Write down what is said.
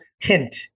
tint